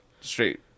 Straight